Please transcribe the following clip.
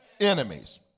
enemies